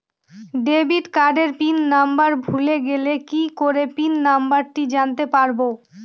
Debit কার্ডের PIN number ভুলে গেলে কি করে পিন নম্বরটি জানতে পারবো?